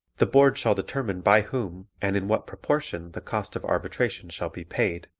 the board shall determine by whom and in what proportion the cost of arbitration shall be paid,